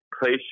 place